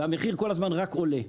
והמחיר כל הזמן רק עולה.